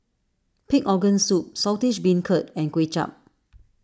Pig Organ Soup Saltish Beancurd and Kuay Chap